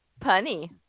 punny